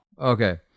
Okay